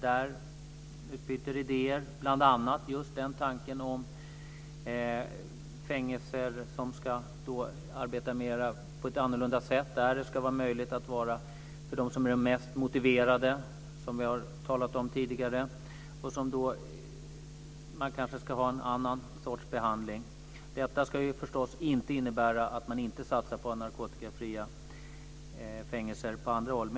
Vi utbytte idéer, bl.a. just tanken om fängelser som ska arbeta på ett annat sätt där det ska vara möjligt att vara för dem som är mest motiverade, och där man kanske ska ha en annan sorts behandling. Detta ska förstås inte innebära att man inte satsar på narkotikafria fängelser på andra håll.